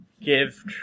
give